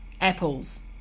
apples